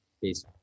Peace